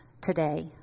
today